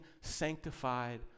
sanctified